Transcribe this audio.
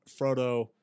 Frodo